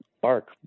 Bark